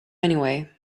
anyway